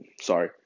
sorry